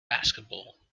basketball